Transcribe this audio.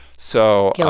so. yeah